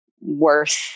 worth